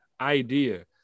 idea